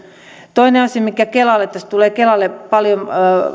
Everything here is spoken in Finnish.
toinen asia mikä kelalle tulee tässä tulee kelalle paljon